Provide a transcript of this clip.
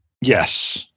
yes